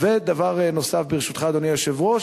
ודבר נוסף, ברשותך, אדוני היושב-ראש,